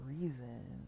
reason